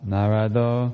Narado